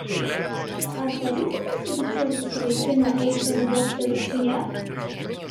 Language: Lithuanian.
ar pavyko pasibučiuoti su vaikinu eifelio bokšto viršuje